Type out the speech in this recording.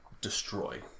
destroy